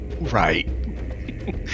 Right